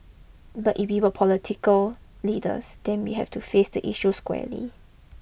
but if we are political leaders then we have to face the issue squarely